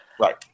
Right